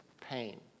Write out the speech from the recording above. pain